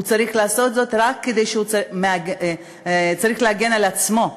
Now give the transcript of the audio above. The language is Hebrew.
הוא צריך לעשות זאת רק כשהוא צריך להגן על עצמו.